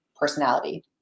personality